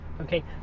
Okay